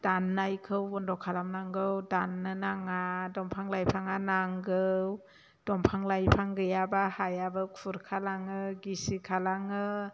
दाननायखौ बन्द खालाम नांगौ दाननो नाङा दंफां लाइफाङा नांगौ दंफां लाइफां गैयाब्ला हायाबो खुरखा लाङो गिसि खालाङो